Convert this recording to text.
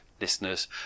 listeners